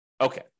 Okay